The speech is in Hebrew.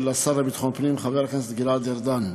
השר לביטחון הפנים חבר הכנסת גלעד ארדן.